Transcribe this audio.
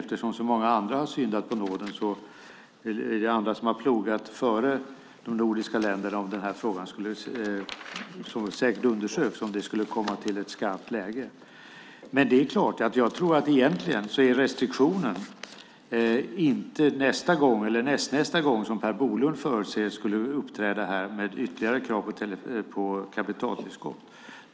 Eftersom så många andra har syndat på nåden är det andra som har plogat före de nordiska länderna, om det skulle bli ett skarpt läge och frågan skulle undersökas. Per Bolund förutser att det inte skulle vara någon restriktion nästa eller nästnästa gång som man uppträder här med ytterligare krav på kapitaltillskott.